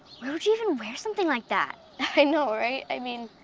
where would you even wear something like that? i know, right? i mean,